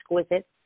exquisite